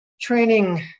training